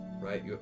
right